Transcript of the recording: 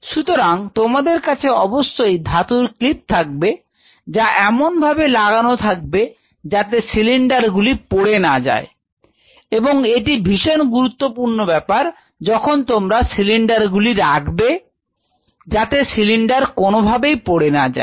সুতরাং তোমাদের কাছে অবশ্যই ধাতুর ক্লিপ থাকবে যা এমন ভাবে লাগানো থাকবে যাতে সিলিন্ডার গুলি পড়ে না যায় এবং এটি ভীষণ গুরুত্বপূর্ণ ব্যাপার যখন তোমরা সিলিন্ডার গুলি রাখবে যাতে সিলিন্ডার কোনভাবেই পড়ে না যায়